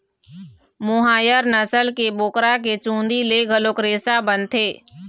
मोहायर नसल के बोकरा के चूंदी ले घलोक रेसा बनथे